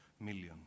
million